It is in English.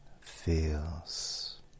feels